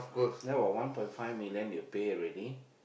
ya one point five million you pay already